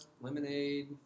lemonade